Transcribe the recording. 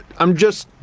i'm just.